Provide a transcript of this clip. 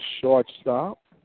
shortstop